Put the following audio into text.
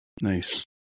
Nice